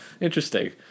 interesting